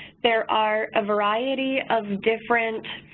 there are a variety of different